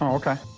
ok.